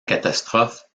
catastrophe